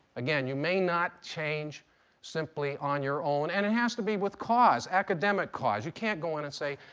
again, you may not change simply on your own. and it has to be with cause, academic cause. you can't go in and say,